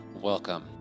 Welcome